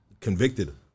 convicted